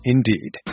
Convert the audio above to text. Indeed